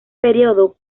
período